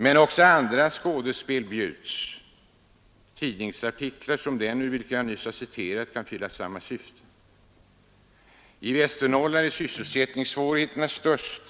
Men också andra skådespel bjuds. Tidningsartiklar som den ur vilken jag nyss citerade kan fylla samma syfte. I Västernorrland är sysselsättningssvårigheterna störst,